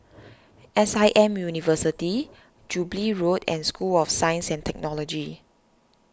S I M University Jubilee Road and School of Science and Technology